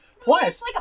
Plus